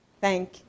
Thank